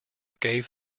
gave